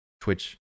Twitch